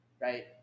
right